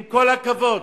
עם כל הכבוד,